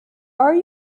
are